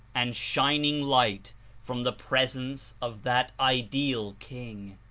and shining light from the presence of that ideal king.